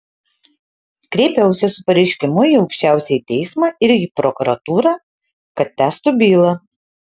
kreipiausi su pareiškimu į aukščiausiąjį teismą ir į prokuratūrą kad tęstų bylą